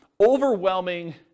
overwhelming